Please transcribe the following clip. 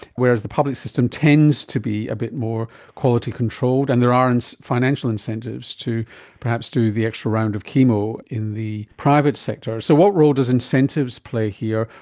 whereas the public system tends to be a bit more quality controlled, and there are financial incentives to perhaps do the extra round of chemo in the private sector. so what role does incentives play here,